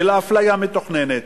של האפליה המתוכננת,